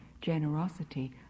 generosity